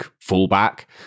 fullback